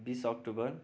बिस अक्टोबर